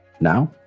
Now